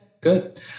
good